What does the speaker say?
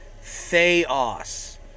Theos